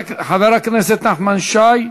חבר הכנסת נחמן שי,